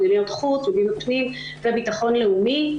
במדיניות חוץ ובמדיניות פנים וביטחון לאומי.